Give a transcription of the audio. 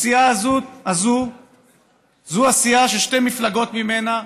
הסיעה הזאת זו הסיעה ששתי מפלגות ממנה,